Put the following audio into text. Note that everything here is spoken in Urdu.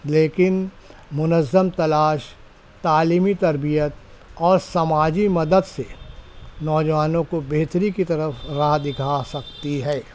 لیکن منظّم تلاش تعلیمی تربیت اور سماجی مدد سے نوجوانوں کو بہتری کی طرف راہ دکھا سکتی ہے